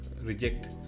reject